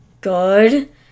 good